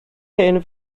hen